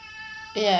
ya